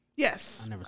Yes